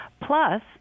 plus